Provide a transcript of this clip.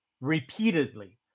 repeatedly